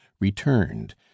returned